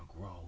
grow